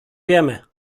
wiemy